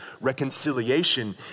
Reconciliation